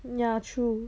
ya true